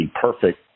perfect